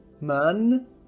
man